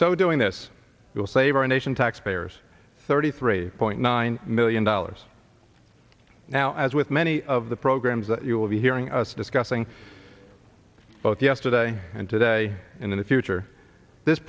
so doing this will save our nation taxpayers thirty three point nine million dollars now as with many of the programs that you will be hearing us discussing both yesterday and today in the future this